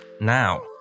now